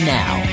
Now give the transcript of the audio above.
now